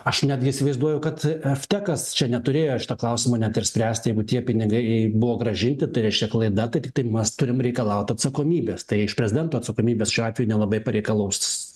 aš netgi įsivaizduoju kad vtekas čia neturėjo šito klausimo net ir spręsti jeigu tie pinigai jie buvo grąžinti tai reiškia klaida tai tiktai mes turim reikalaut atsakomybės tai iš prezidento atsakomybės šiuo atveju nelabai pareikalaus